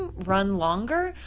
um run longer,